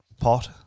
pot